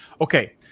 Okay